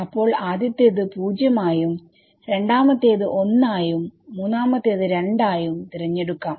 അപ്പോൾ ആദ്യത്തേത് 0 ആയും രണ്ടാമത്തേത് 1 ആയും മൂന്നാമത്തേത് 2 ആയും തിരഞ്ഞെടുക്കാം